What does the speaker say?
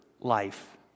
life